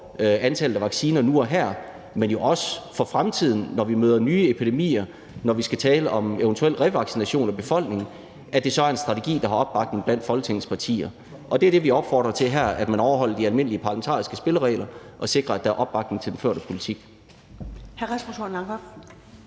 antallet af vacciner nu og her, men jo også for fremtiden, når vi møder nye epidemier, og når vi skal tale om eventuel revaccination af befolkningen, at det så er en strategi, der er opbakning til blandt Folketingets partier. Og det, vi opfordrer til her, er, at man overholder de almindelige parlamentariske spilleregler og sikrer, at der er opbakning til den førte politik.